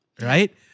Right